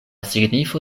signifo